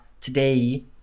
Today